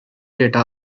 data